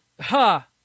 ha